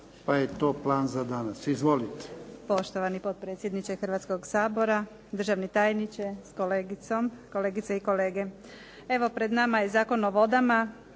pa je to plan za danas. Izvolite.